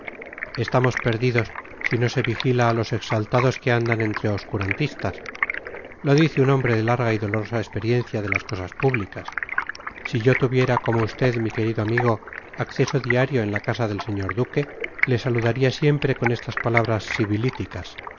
estamos perdidos si no se vigila a los exaltados que andan entre obscurantistas lo dice un hombre de larga y dolorosa experiencia de las cosas públicas si yo tuviera como usted mi querido amigo acceso diario en la casa del señor duque le saludaría siempre con estas palabras